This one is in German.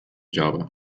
java